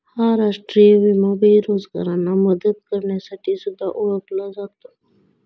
हा राष्ट्रीय विमा बेरोजगारांना मदत करण्यासाठी सुद्धा ओळखला जातो